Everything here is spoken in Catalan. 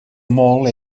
molt